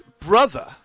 brother